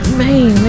man